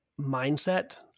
mindset